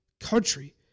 country